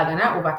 בהגנה ובהתקפה.